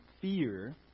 fear